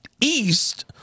east